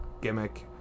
gimmick